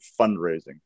fundraising